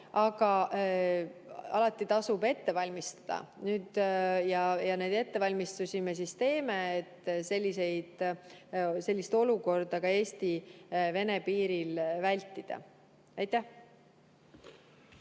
aga alati tasub valmistuda ja neid ettevalmistusi me teeme, et sellist olukorda Eesti-Vene piiril vältida. Aitäh!